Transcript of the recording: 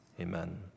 Amen